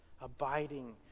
abiding